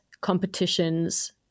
competitions